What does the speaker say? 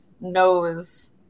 knows